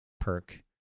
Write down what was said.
perk